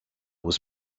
was